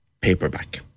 paperback